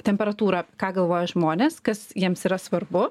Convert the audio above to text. temperatūrą ką galvoja žmonės kas jiems yra svarbu